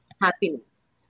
happiness